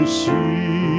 see